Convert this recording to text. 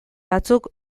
batzuk